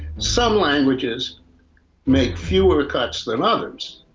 some languages make fewer cuts than others.